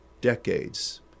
decades